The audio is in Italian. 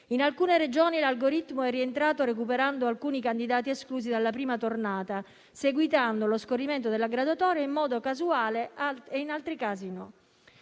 In alcune Regioni, l'algoritmo è rientrato recuperando alcuni candidati esclusi dalla prima tornata, seguitando lo scorrimento della graduatoria in modo casuale e in altri casi no.